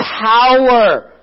power